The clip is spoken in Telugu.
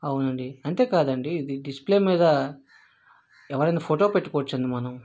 అవునండి అంతే కాదండి ఇది డిస్ప్లే మీద ఎవరన్నా ఫోటో పెట్టుకోవచ్చు అండి మనం